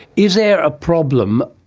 is there a problem,